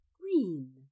green